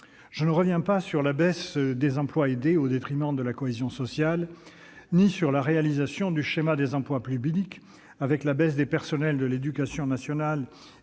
Je ne reviens pas sur la réduction des emplois aidés au détriment de la cohésion sociale ni sur la réalisation du schéma des emplois publics, avec la baisse des personnels de l'éducation nationale